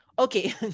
Okay